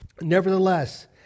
Nevertheless